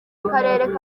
akarere